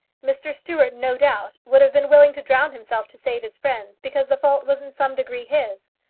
mr. stuart, no doubt, would have been willing to drown himself to save his friends, because the fault was in some degree his.